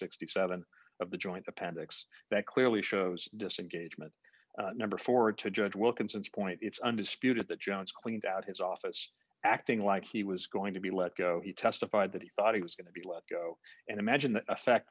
sixty seven of the joint appendix that clearly shows disengagement number four to judge wilkinson's point it's undisputed that jones cleaned out his office acting like he was going to be let go he testified that he thought he was going to be let go and imagine the effect